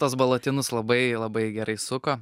tuos balatinus labai labai gerai suko